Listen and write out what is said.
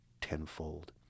tenfold